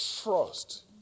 trust